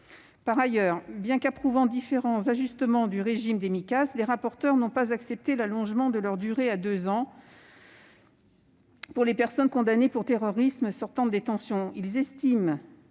Par ailleurs, bien qu'ils approuvent différents ajustements du régime des Micas, les rapporteurs n'ont pas accepté l'allongement de leur durée à deux ans pour les personnes condamnées pour terrorisme sortant de détention.